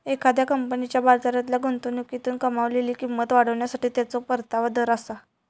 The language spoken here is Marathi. एखाद्या कंपनीच्या बाजारातल्या गुंतवणुकीतून कमावलेली किंमत वाढवण्यासाठी त्याचो परतावा दर आसा